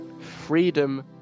freedom